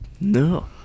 No